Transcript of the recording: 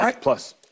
plus